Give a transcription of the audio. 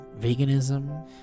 veganism